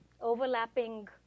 overlapping